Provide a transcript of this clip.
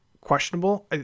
questionable